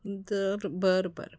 जर बरं बरं